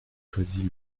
choisit